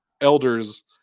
elders